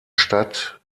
stadt